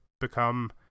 become